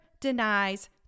denies